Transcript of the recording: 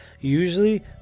usually